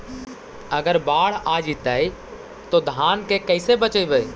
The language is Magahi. अगर बाढ़ आ जितै तो धान के कैसे बचइबै?